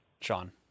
Sean